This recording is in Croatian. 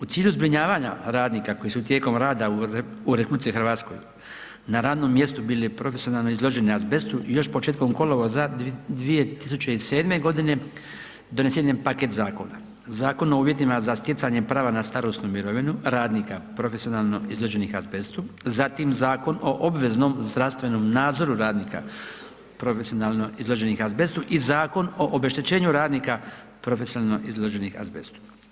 U cilju zbrinjavanja radnika koji su tijekom rada u RH na radnom mjestu bili profesionalno izloženi azbestu još početkom kolovoza 2007.g. donesen je paket zakona, Zakon o uvjetima za stjecanja prava na starosnu mirovinu radnika profesionalno izloženih azbestu, zatim Zakon o obveznom zdravstvenom nadzoru radnika profesionalno izloženih azbestu i Zakon o obeštećenju radnika profesionalno izloženih azbestu.